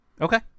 Okay